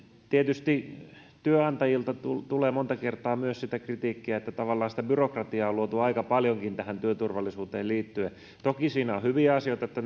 tietysti työnantajilta tulee monta kertaa myös sitä kritiikkiä että tavallaan byrokratiaa on luotu aika paljonkin tähän työturvallisuuteen liittyen toki siinä on hyviä asioita että